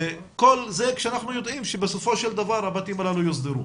כל זה כשאנחנו יודעים שבסופו של דבר הבתים הללו יוסדרו,